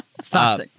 Stop